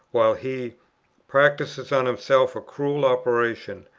while he practises on himself a cruel operation,